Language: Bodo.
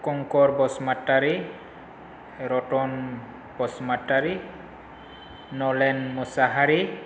कंखर बसुमतारी रतन बसुमतारी नलेन मुसाहारि